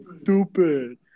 stupid